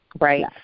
right